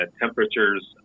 temperatures